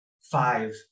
five